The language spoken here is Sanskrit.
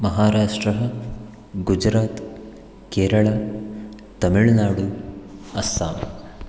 महाराष्ट्रः गुजरात् केरल तमिल्नाडु अस्सां